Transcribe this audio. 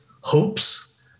hopes